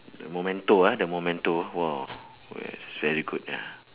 the memento ah the memento !wah! yes is very good ya